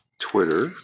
Twitter